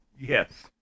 Yes